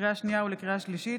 לקריאה שנייה ולקריאה שלישית: